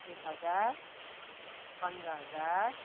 एक हजार पन्ध्र हजार